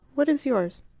what is yours?